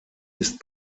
ist